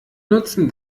nutzen